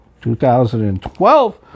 2012